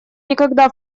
никогда